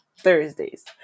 Thursdays